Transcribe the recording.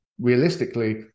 realistically